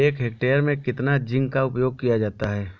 एक हेक्टेयर में कितना जिंक का उपयोग किया जाता है?